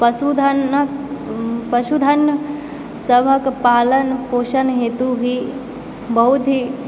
पशुधनक पशुधन सभक पालन पोषण हेतु भी बहुत ही